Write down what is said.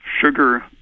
sugar